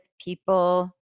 people